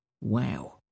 Wow